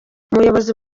umuyobozi